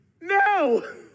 no